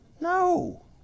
No